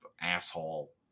asshole